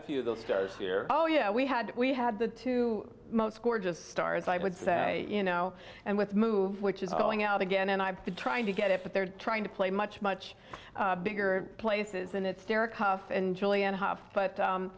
a few of those stars here oh yeah we had we had the two most gorgeous stars i would say you know and with move which is going out again and i've been trying to get it but they're trying to play much much bigger places and it's derek hough and julian